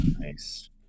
nice